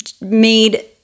made